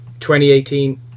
2018